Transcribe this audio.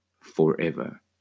forever